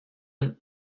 and